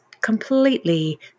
completely